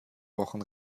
wochen